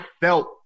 felt